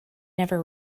never